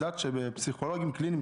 זה הופך את השירות הציבורי ללא נגיש.